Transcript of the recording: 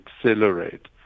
accelerate